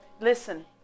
Listen